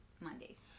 Mondays